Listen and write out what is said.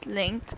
link